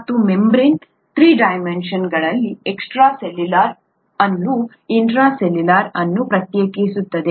ಮತ್ತು ಈ membrane three ಡೈಮೆನ್ಷನಲ್ಗಳಲ್ಲಿ ಎಕ್ಸ್ಟ್ರಾ ಸೆಲ್ಯುಲಾರ್ ಅನ್ನು ಇಂಟ್ರಾ ಸೆಲ್ಯುಲಾರ್ ಅನ್ನು ಪ್ರತ್ಯೇಕಿಸುತ್ತದೆ